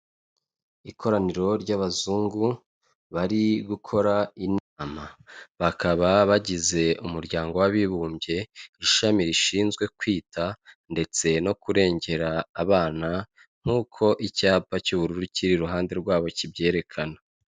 Ikoraniro ry'abazungu bari gukora inama, bakaba bagize umuryango w'abibumbye ishami rishinzwe kwita, ndetse no kurengera abana, nk'uko icyapa cy'ubururu kiri iruhande rwabo kibyerekana.